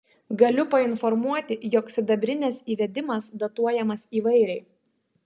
galiu painformuoti jog sidabrinės įvedimas datuojamas įvairiai